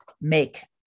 make